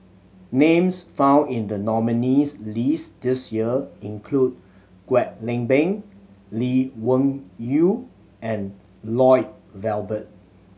names found in the nominees' list this year include Kwek Leng Beng Lee Wung Yew and Lloyd Valberg